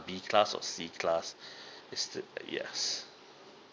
B class or C class is the yes